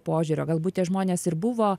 požiūrio galbūt tie žmonės ir buvo